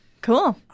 cool